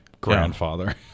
Grandfather